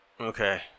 Okay